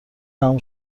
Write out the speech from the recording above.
تموم